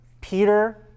Peter